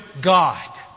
God